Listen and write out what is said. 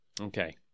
Okay